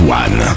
one